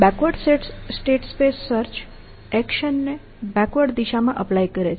backward state space search એક્શનને backward દિશામાં apply કરે છે